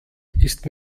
ist